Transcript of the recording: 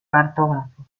cartógrafo